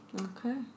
Okay